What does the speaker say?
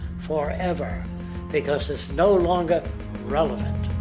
forever! because it's no longer relevant.